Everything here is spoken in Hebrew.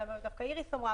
אלא דווקא איריס אמרה,